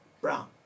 brown